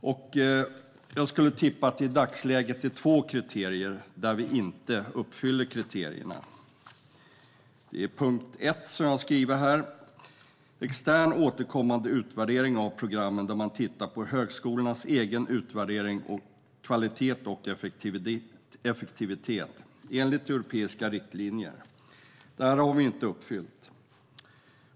Jag skulle tippa att det i dagsläget är två kriterier vi inte uppfyller. Det första är punkt 1, extern återkommande utvärdering av programmen där man tittar på högskolornas egen utvärdering av kvalitet och effektivitet enligt europeiska riktlinjer. Det har vi inte uppfyllt.